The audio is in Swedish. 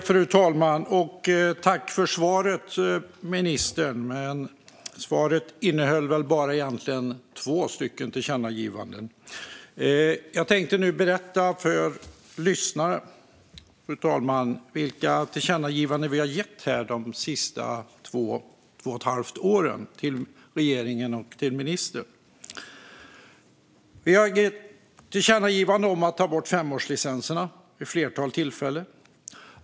Fru talman! Jag tackar ministern för svaret, men svaret nämnde bara två tillkännagivanden. Jag tänkte nu berätta för lyssnaren vilka tillkännagivanden vi har gett till regeringen och till ministern under de senaste två och ett halvt åren. Vi har gett tillkännagivanden om att ta bort femårslicenserna vid ett flertal tillfällen.